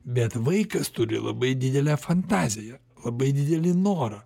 bet vaikas turi labai didelę fantaziją labai didelį norą